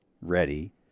ready